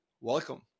welcome